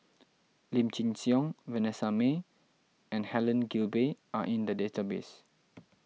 Lim Chin Siong Vanessa Mae and Helen Gilbey are in the database